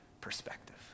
perspective